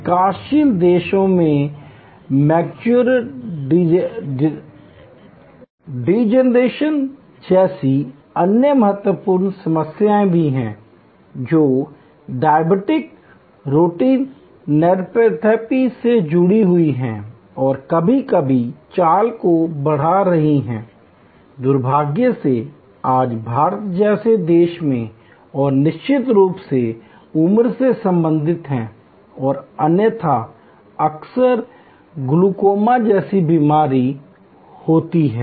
विकासशील देशों में मैक्युलर डिजनरेशन जैसी अन्य महत्वपूर्ण समस्याएँ हैं जो डायबिटिक रेटिनोपैथी से जुड़ी हुई हैं और कभी कभी चाल को बढ़ा रही हैं दुर्भाग्य से आज भारत जैसे देश में और निश्चित रूप से उम्र से संबंधित हैं और अन्यथा अक्सर ग्लूकोमा जैसी बीमारी होती है